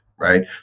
right